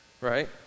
Right